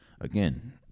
Again